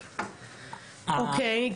אוקיי.